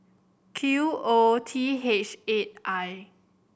Q O T H eight I